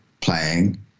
playing